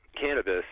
cannabis